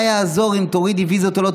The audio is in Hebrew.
מה יעזור אם תורידי ויזות או לא?